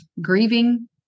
grieving